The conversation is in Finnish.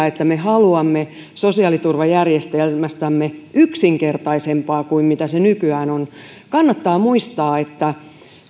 että me haluamme sosiaaliturvajärjestelmästämme yksinkertaisemman kuin mitä se nykyään on kannattaa muistaa että